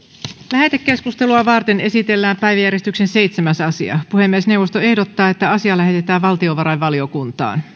lähetekeskustelua varten esitellään päiväjärjestyksen seitsemäs asia puhemiesneuvosto ehdottaa että asia lähetetään valtiovarainvaliokuntaan